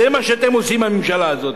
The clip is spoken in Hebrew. זה מה שאתם בממשלה הזאת.